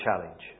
challenge